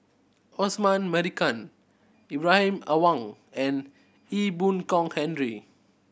Osman Merican Ibrahim Awang and Ee Boon Kong Henry